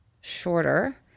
shorter